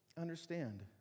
understand